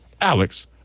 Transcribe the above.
Alex